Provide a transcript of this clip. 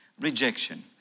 rejection